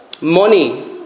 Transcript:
Money